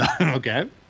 Okay